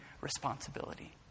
responsibility